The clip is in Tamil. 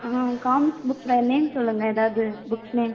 ஆ காமிக்ஸ் புக்ஸ்ஸில் நேம் சொல்லுங்கள் ஏதாவது புக்ஸ் நேம்